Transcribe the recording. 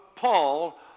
Paul